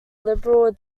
liberal